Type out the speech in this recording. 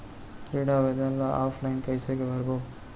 ऋण आवेदन ल ऑफलाइन कइसे भरबो?